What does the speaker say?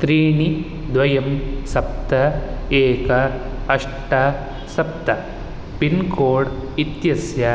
त्रीणि द्वयं सप्त एक अष्ट सप्त पिन्कोड् इत्यस्य